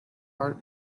part